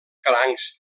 crancs